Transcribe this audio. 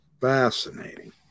Fascinating